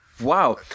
Wow